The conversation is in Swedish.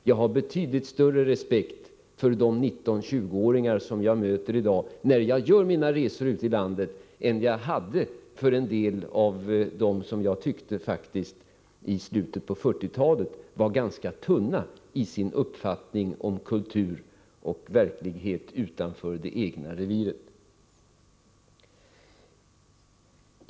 Jag har betydligt större respekt för de 19-20-åringar som jag i dag möter när jag gör mina resor ute i landet än jag hade för en del av 19-20-åringarna i slutet av 1940-talet, som jag faktiskt tyckte var ganska tunna i sin uppfattning om kultur och verkligheten utanför det egna reviret.